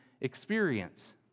experience